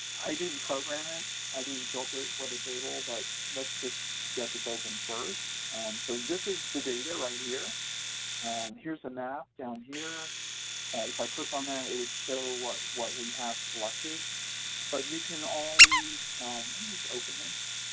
i didn't program it i didn't filter it for the table but let's just get this open first so this is the data right here here's a map down here if i click on that it would show what what we have selected but you can always let me just open this